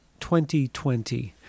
2020